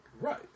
Right